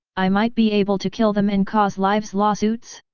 i might be able to kill them and cause lives lawsuits?